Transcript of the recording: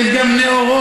יש גם נאורות.